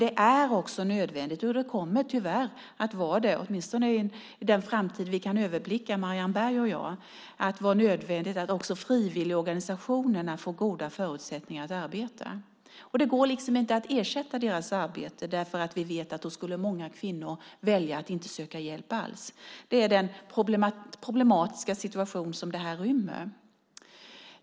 Det är också nödvändigt - och det kommer tyvärr att vara nödvändigt åtminstone under den framtid som Marianne Berg och jag kan överblicka - att frivilligorganisationerna får goda förutsättningar att arbeta. Det går inte att ersätta deras arbete eftersom vi vet att många kvinnor då skulle välja att inte söka hjälp alls. Det är den problematiska situation som detta rymmer.